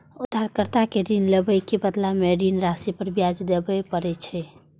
उधारकर्ता कें ऋण लेबाक बदला मे ऋण राशि पर ब्याज देबय पड़ै छै